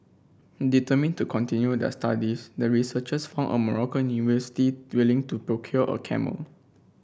determined to continue their studies the researchers found a Moroccan university to procure a camel